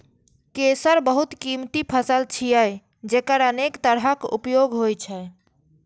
केसर बहुत कीमती फसल छियै, जेकर अनेक तरहक उपयोग होइ छै